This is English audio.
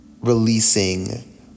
releasing